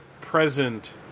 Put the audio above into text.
present